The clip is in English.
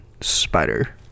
Spider